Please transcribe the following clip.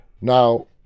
Now